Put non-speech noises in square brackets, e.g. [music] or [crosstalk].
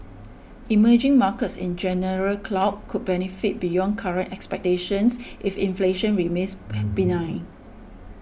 emerging markets in general [unintelligible] could benefit beyond current expectations if inflation remains benign